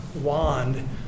wand